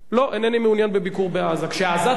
כשהעזתים ירצו לעצמם חיים יותר טובים,